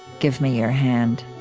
give me your hand.